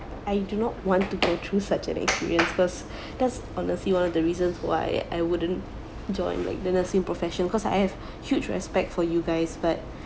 I do not want to go through such an experience first that's honestly one of the reasons why I wouldn't join like the nursing profession cause I have huge respect for you guys but